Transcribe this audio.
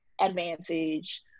advantage